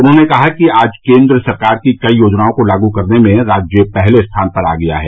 उन्होंने कहा कि आज केन्द्र सरकार की कई योजनाओं को लागू करने में राज्य पहले स्थान पर आ गया है